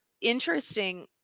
interesting